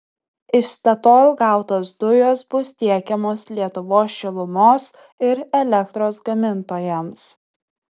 iš statoil gautos dujos bus tiekiamos lietuvos šilumos ir elektros gamintojams